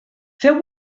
feu